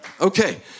Okay